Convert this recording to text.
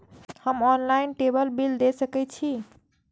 हम online table bill दे सके छी?